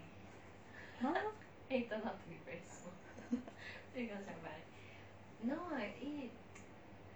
!huh!